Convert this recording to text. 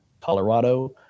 Colorado